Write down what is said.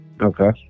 Okay